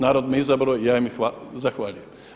Narod me izabrao i ja im zahvaljujem.